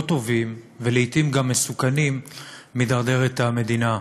טובים ולעתים גם מסוכנים מידרדרת המדינה.